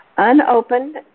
Unopened